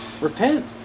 Repent